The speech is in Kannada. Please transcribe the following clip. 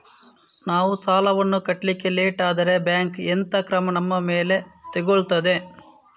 ನಾವು ಸಾಲ ವನ್ನು ಕಟ್ಲಿಕ್ಕೆ ಲೇಟ್ ಆದ್ರೆ ಬ್ಯಾಂಕ್ ಎಂತ ಕ್ರಮ ನಮ್ಮ ಮೇಲೆ ತೆಗೊಳ್ತಾದೆ?